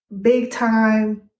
big-time